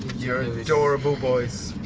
you're adorable boys.